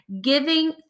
giving